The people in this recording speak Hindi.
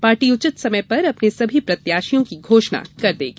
पार्टी उचित समय पर अपने सभी प्रत्याशियों की घोषणा कर देगी